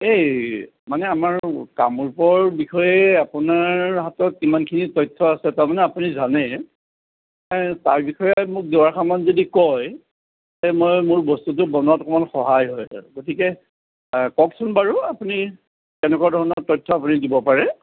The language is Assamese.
এই মানে আমাৰ কামৰূপৰ বিষয়ে আপোনাৰ হাতত কিমানখিনি তথ্য আছে তাৰমানে আপুনি জানে তাৰ বিষয়ে মোক দুআষাৰমান যদি কয় এই মই মোৰ বস্তুটো বনোৱাত অকণমান সহায় হয় তাত গতিকে কওঁকচোন বাৰু আপুনি কেনেকুৱা ধৰণৰ তথ্য আপুনি দিব পাৰে